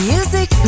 Music